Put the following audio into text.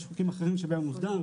יש חוקים אחרים שבהם הוא מוסדר,